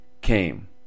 came